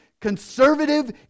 conservative